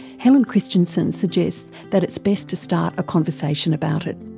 helen christiansen suggests that it's best to start a conversation about it.